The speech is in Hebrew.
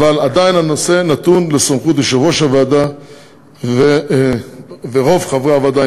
עדיין הנושא נתון לסמכות יושב-ראש הוועדה ורוב חברי הוועדה,